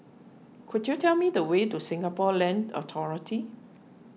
could you tell me the way to Singapore Land Authority